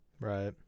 Right